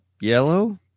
yellow